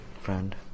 friend